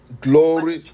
Glory